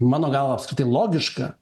mano galva apskritai logiška